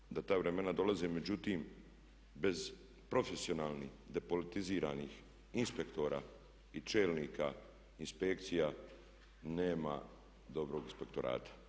Dobro je da ta vremena dolaze, međutim bez profesionalnih depolitiziranih inspektora i čelnika inspekcija nema dobrog inspektorata.